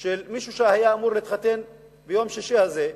של מישהו שהיה אמור להתחתן ביום שישי הזה.